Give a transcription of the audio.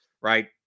right